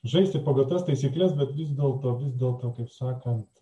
žaisti pagal tas taisykles bet vis dėlto vis dėlto kaip sakant